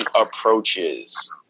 approaches